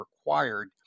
required